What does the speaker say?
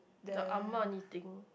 the ah-ma knitting